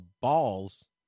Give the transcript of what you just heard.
balls